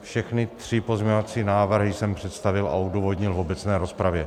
Všechny tři pozměňovací návrhy jsem představil a odůvodnil v obecné rozpravě.